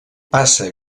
passa